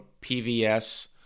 pvs